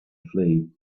flee